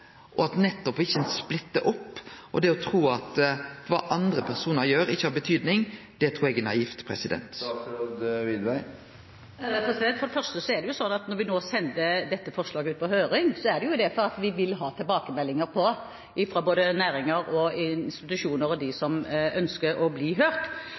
og at ein ikkje splittar det opp. Det å tru at det andre personar gjer, ikkje har betydning, trur eg er naivt. Når vi sender dette forslaget ut på høring, er det fordi vi vil ha tilbakemeldinger fra både næringer og institusjoner og dem som ønsker å bli hørt.